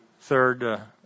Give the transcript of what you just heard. third